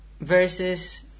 versus